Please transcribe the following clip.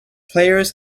players